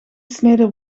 sneden